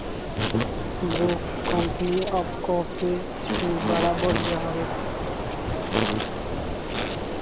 Bru company कअ coffee भी बड़ा बढ़िया हवे